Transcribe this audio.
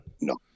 no